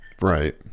right